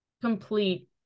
complete